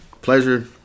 Pleasure